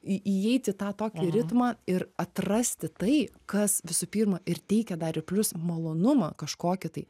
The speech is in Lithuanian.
į įeiti į tą tokį ritmą ir atrasti tai kas visų pirma ir teikia dar ir plius malonumą kažkokį tai